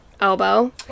elbow